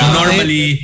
normally